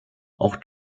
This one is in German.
auch